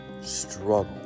struggle